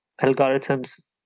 algorithms